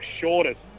shortest